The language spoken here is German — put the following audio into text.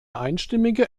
einstimmige